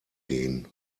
gehen